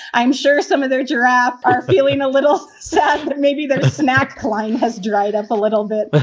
i'm sure some of their giraffe are feeling a little sad. but maybe their snack klein has dried up a little bit,